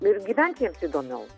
ir gyvent jiems įdomiau